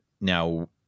Now